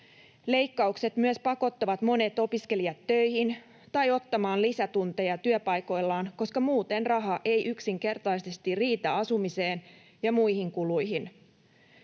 Leikkaukset myös pakottavat monet opiskelijat töihin tai ottamaan lisätunteja työpaikoillaan, koska muuten raha ei yksinkertaisesti riitä asumiseen ja muihin kuluihin.